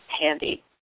handy